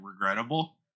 regrettable